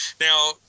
now